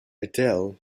adele